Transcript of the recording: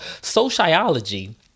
sociology